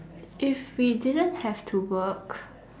if we didn't have to work